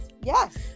Yes